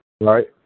Right